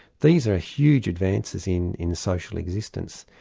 these are huge advances in in social existence.